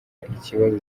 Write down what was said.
ikibazo